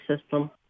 system